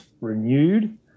renewed